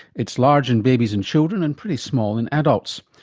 it's large in babies and children and pretty small in adults.